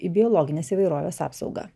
į biologinės įvairovės apsaugą